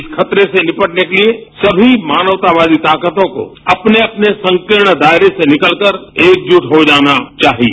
इस खतरे से निपटने के लिए सभी मानवतावादी ताकतों को अपने अपने संकीर्ण दायरे से निकलकर एकजुट हो जाना चाहिए